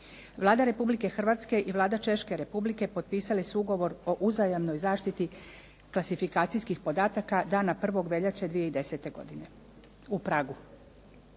Vlada Republike Hrvatske i Vlada Češke Republike potpisale su ugovor o uzajamnoj zaštiti klasifikacijskih podatka dana 1. veljače 2010. godine u Pragu.